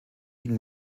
ging